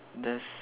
there's